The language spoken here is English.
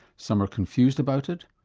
some are confused about it,